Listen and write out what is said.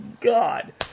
God